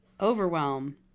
Overwhelm